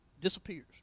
disappears